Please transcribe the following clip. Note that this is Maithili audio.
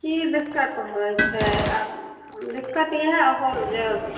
कि दिक्कत होइ छै आब दिक्कत इएह होल जब